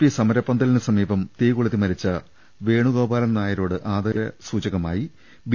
P സമരപന്തലിന് സമീപം തീ കൊളുത്തി മരിച്ച വേണുഗോപാലൻ നായരോട് ആദരസൂചകമായി ബി